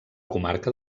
comarca